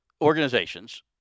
organizations